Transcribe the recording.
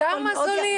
כמה זולים?